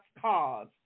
cause